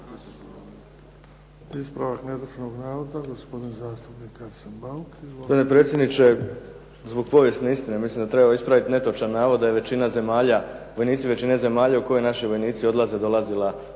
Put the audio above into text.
Ispravak netočnog navoda, gospodin zastupnik Arsen Bauk.